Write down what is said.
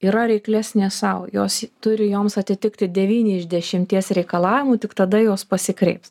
yra reiklesnės sau jos turi joms atitikti devyni iš dešimties reikalavimų tik tada jos pasikreips